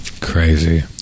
Crazy